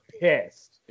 pissed